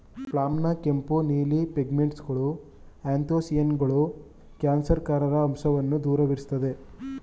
ಪ್ಲಮ್ನ ಕೆಂಪು ನೀಲಿ ಪಿಗ್ಮೆಂಟ್ಗಳು ಆ್ಯಂಥೊಸಿಯಾನಿನ್ಗಳು ಕ್ಯಾನ್ಸರ್ಕಾರಕ ಅಂಶವನ್ನ ದೂರವಿರ್ಸ್ತದೆ